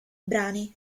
brani